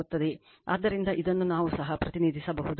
ಆದ್ದರಿಂದ ಇದನ್ನು ನಾವು ಸಹ ಪ್ರತಿನಿಧಿಸಬಹುದು